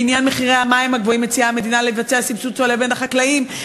בעניין מחירי המים הגבוהים מציעה המדינה לבצע סבסוד צולב בין החקלאים,